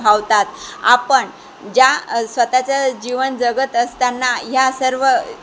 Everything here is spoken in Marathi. भाावतात आपण ज्या स्वतःचं जीवन जगत असताना या सर्व